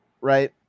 right